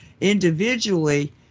individually